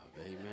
Amen